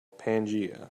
pangaea